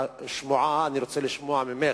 השמועה שהתפרסמה, ואני רוצה לשמוע ממך,